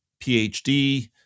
PhD